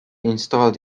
installed